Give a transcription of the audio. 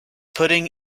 pudding